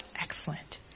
Excellent